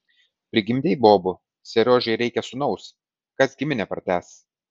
prigimdei bobų seriožai reikia sūnaus kas giminę pratęs